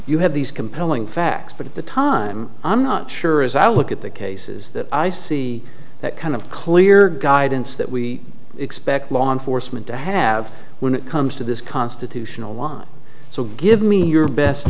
you have these compelling facts but at the time i'm not sure as i look at the cases that i see that kind of clear guidance that we expect law enforcement to have when it comes to this constitutional law so give me your best